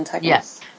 Yes